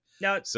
Now